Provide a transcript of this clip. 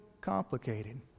complicated